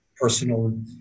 personal